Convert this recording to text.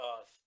Earth